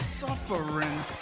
suffering